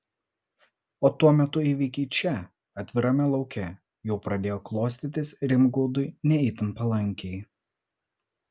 o tuo metu įvykiai čia atvirame lauke jau pradėjo klostytis rimgaudui ne itin palankiai